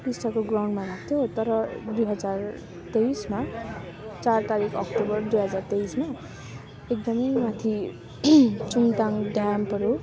टिस्टाको ग्राउन्डमा लाग्थ्यो तर दुई हजार तेइसमा चार तारिक अक्टोबर दुई हजार तेइसमा एकदमै माथि चुङथाङ ड्याम्पहरू